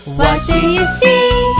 what do you see?